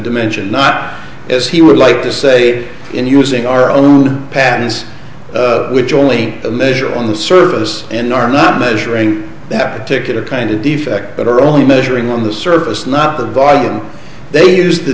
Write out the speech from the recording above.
dimension not as he would like to say in using our own patterns which only measure on the surface in are not measuring that particular kind of defect but are only measuring on the surface not the bottom they use the